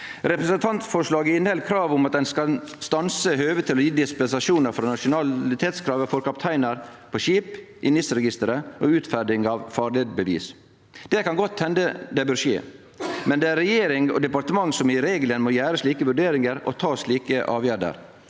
Representantforslaget inneheld krav om at ein skal stanse høve til å gje dispensasjon frå nasjonalitetskravet for kapteinar på skip i NIS-registeret og stanse utferding av farleisbevis. Det kan godt hende at dette bør skje, men det er regjering og departement som i regelen må gjere slike vurderingar, og ta slike avgjerder.